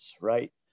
right